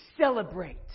celebrate